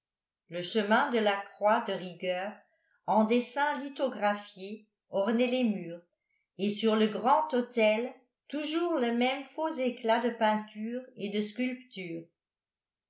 le chemin de la croix de rigueur en dessins lithographiés ornait les murs et sur le grand autel toujours le même faux éclat de peinture et de sculpture